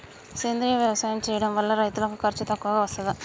సేంద్రీయ వ్యవసాయం చేయడం వల్ల రైతులకు ఖర్చు తక్కువగా వస్తదా?